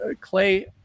Clay